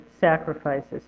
sacrifices